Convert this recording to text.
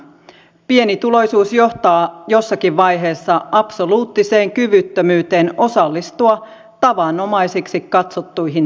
pienituloisuus johtaa jossakin vaiheessa absoluuttiseen kyvyttömyyteen osallistua tavanomaiseksi katsottuihin toimintoihin